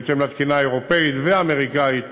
בהתאם לתקינה האירופית והאמריקנית.